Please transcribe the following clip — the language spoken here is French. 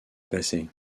passé